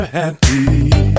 happy